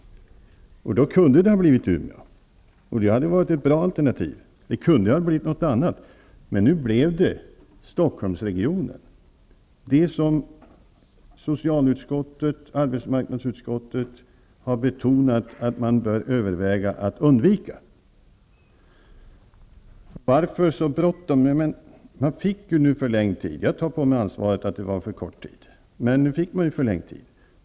Det hade då kunnat bli Umeå, som är ett bra alternativ. Det kunde också ha blivit någon annan ort, men nu blev det Stockholmsregionen, trots att socialutskottet och arbetsmarknadsutskottet har betonat att man bör undvika Stockholmsområdet. Varför så bråttom? Det blev ju en förlängning av tiden -- jag tar på mig ansvaret för att tiden var för kort.